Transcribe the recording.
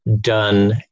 done